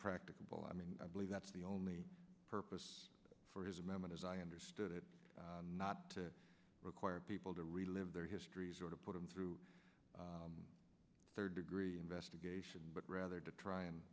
practicable i mean i believe that's the only purpose for his amendment as i understood it not to require people to relive their histories or to put them through third degree investigation but rather to try and